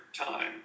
time